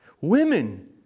Women